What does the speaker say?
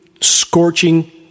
scorching